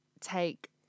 take